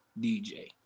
dj